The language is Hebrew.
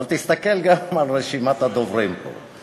אבל תסתכל גם על רשימת הדוברים פה.